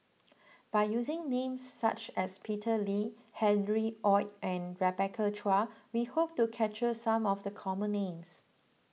by using names such as Peter Lee Harry Ord and Rebecca Chua we hope to capture some of the common names